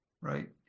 right